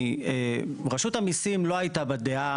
כי רשות המיסים לא הייתה בדעה,